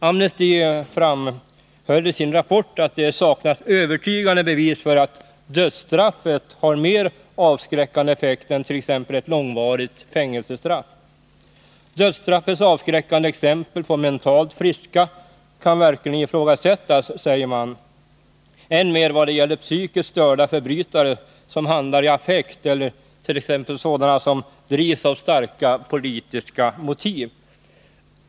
Amnesty framhöll i sin rapport att det saknas övertygande bevis för att dödsstraffet har mer avskräckande effekt än t.ex. ett långvarigt fängelsestraff. Dödsstraffets avskräckande exempel på mentalt friska kan verkligen ifrågasättas, säger man, och det gäller än mer i fråga om psykiskt störda förbrytare som handlar i affekt eller t.ex. sådana som drivs av starka politiska motiv.